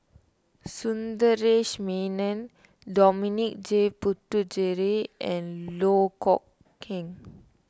Sundaresh Menon Dominic J Puthucheary and Loh Kok Heng